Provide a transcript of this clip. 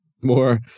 more